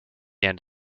end